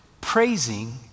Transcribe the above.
praising